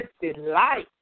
delight